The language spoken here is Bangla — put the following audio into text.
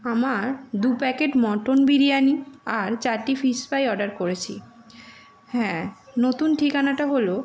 আমার দু প্যাকেট মটন বিরিয়ানি আর চারটি ফিশ ফ্রাই অর্ডার করেছি হ্যাঁ নতুন ঠিকানাটা হল